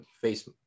face